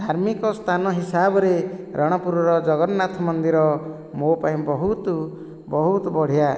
ଧାର୍ମିକ ସ୍ଥାନ ହିସାବରେ ରଣପୁରର ଜଗନ୍ନାଥ ମନ୍ଦିର ମୋ ପାଇଁ ବହୁତ ବହୁତ ବଢ଼ିଆ